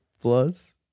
Plus